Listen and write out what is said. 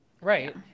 Right